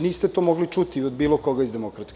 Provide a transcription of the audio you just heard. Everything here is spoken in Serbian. niti ste to mogli čuti od bilo koga iz DS.